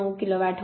9 kilo watt